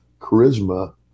charisma